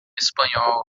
espanhol